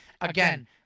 Again